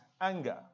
anger